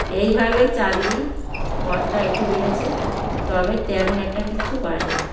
এইভাবে চাকরি পথটা একটু বেড়েছে তবে তেমন একটা কিচ্ছু বাড়েনি